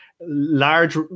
large